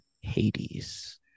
Hades